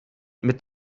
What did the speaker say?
mit